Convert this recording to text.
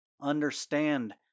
understand